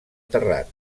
terrat